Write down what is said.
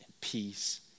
peace